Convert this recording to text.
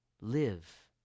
live